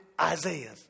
Isaiah